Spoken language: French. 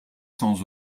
sans